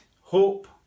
hope